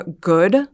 Good